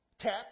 tap